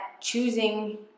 choosing